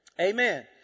Amen